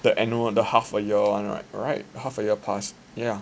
the annual the half a year one right right half a year pass yeah